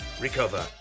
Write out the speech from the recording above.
Recover